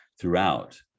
throughout